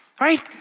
right